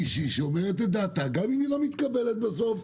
מישהי שאומרת את דעתה גם אם היא לא מתקבלת בסוף.